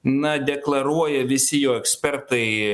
na deklaruoja visi jo ekspertai